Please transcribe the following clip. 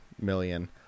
million